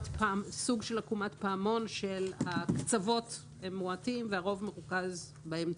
סוג של עקומת פעמון כאשר הקצוות מועטים והרוב מרוכז באמצע.